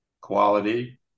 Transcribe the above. quality